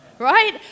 Right